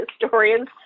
historians